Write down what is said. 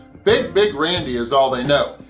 big, big randy is all they know.